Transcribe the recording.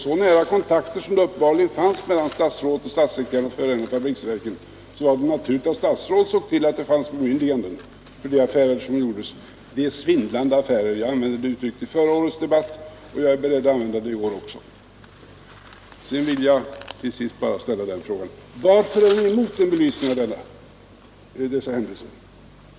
Så nära kontakter som uppenbarligen fanns mellan statssekreteraren och förenade fabriksverken var det naturligt att statsrådet såg till att det fanns bemyndiganden för de affärer som gjordes — de svindlande affärer som gjordes; jag använde det uttrycket i förra årets debatt, och jag är beredd att använda det i år också. Till sist vill jag bara ställa frågan: Varför är ni emot en belysning av dessa händelser?